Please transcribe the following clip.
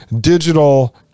digital